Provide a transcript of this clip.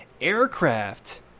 aircraft